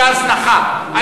והזנחה.